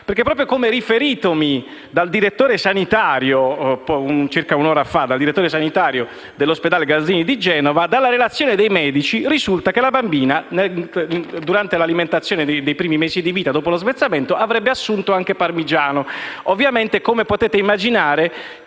perché, proprio come riferitomi circa un'ora fa dal direttore sanitario dell'ospedale Gaslini di Genova, risulta che la bambina, durante l'alimentazione dei primi mesi di vita dopo lo svezzamento, avrebbe assunto anche parmigiano. Ovviamente, come potete immaginare,